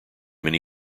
many